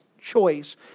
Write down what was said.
choice